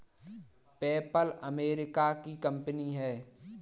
PayPal America की company है